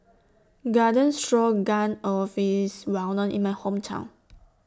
Garden Stroganoff IS Well known in My Hometown